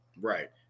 Right